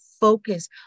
focus